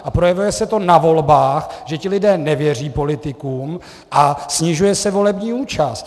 A projevuje se to na volbách, že lidé nevěří politikům a snižuje se volební účast.